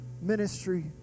ministry